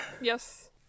yes